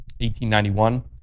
1891